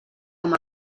com